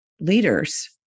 leaders